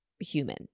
human